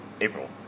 April